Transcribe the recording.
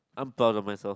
I'm proud of myself